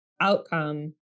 outcome